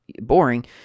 boring